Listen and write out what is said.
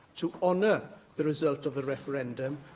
to honour the result of the referendum,